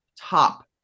top